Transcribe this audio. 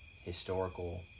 historical